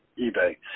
eBay